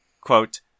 quote